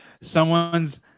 someone's